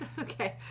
Okay